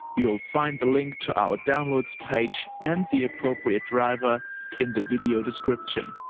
you'll find the link to our downloads page and the appropriate driver in the video description.